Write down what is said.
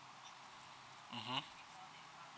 mmhmm